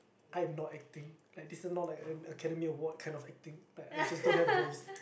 I'm not acting like this is not like an academy award kind of acting like I just don't have voice